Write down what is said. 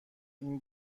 این